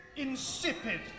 insipid